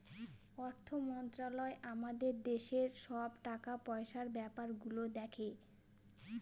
অর্থ মন্ত্রালয় আমাদের দেশের সব টাকা পয়সার ব্যাপার গুলো দেখে